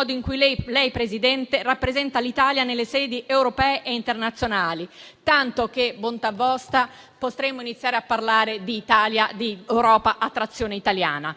il modo in cui lei, Presidente, rappresenta l'Italia nelle sedi europee e internazionali, tanto che - bontà vostra - potremmo iniziare a parlare di Europa a trazione italiana,